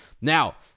Now